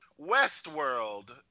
westworld